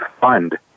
fund